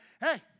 hey